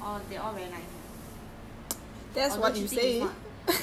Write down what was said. oh no he is not a gangster lah nobody there is gangster [one] all they all very nice